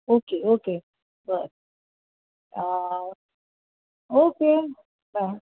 okay okay बरं okay bye